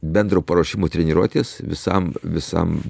bendro paruošimo treniruotės visam visam